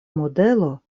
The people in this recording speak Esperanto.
modelo